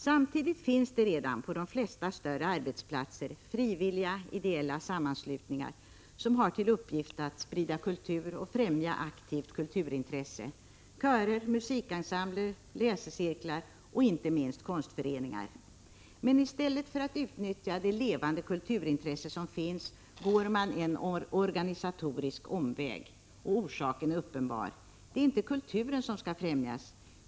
Samtidigt finns det redan på de flesta större arbetsplatser frivilliga ideella sammanslutningar som har till uppgift att sprida kultur och främja aktivt kulturintresse — körer, musikensembler, läsecirklar och inte minst konstföreningar. Men i stället för att utnyttja det levande kulturintresse som finns går man en organisatorisk omväg. Orsaken är uppenbar. Det är inte kulturen som skall främjas.